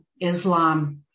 Islam